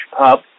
pub